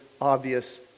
obvious